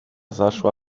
zaszła